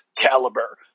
Caliber